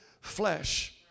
flesh